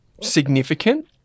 significant